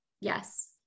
Yes